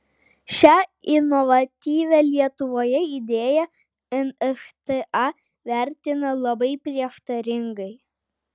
šią inovatyvią lietuvoje idėją nšta vertina labai prieštaringai